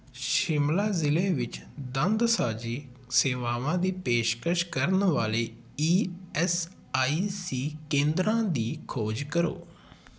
ਸ਼ਿਮਲਾ ਜ਼ਿਲ੍ਹੇ ਵਿੱਚ ਦੰਦਸਾਜ਼ੀ ਸੇਵਾਵਾਂ ਦੀ ਪੇਸ਼ਕਸ਼ ਕਰਨ ਵਾਲੇ ਈ ਐੱਸ ਆਈ ਸੀ ਕੇਂਦਰਾਂ ਦੀ ਖੋਜ ਕਰੋ